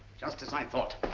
just as i thought,